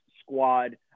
squad